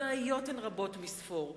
הבעיות הן רבות מספור.